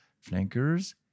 flankers